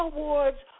Awards